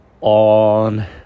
on